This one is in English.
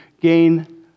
gain